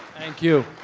thank you.